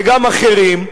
וגם אחרים,